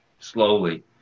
slowly